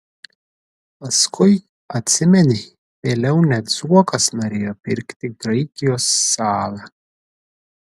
paskui atsimeni vėliau net zuokas norėjo pirkti graikijos salą